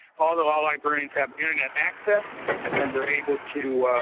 all the law librarians have internet access and they're able to,